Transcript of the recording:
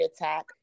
attack